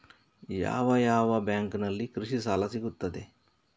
ಯಾವ ಯಾವ ಬ್ಯಾಂಕಿನಲ್ಲಿ ಕೃಷಿ ಸಾಲ ಸಿಗುತ್ತದೆ?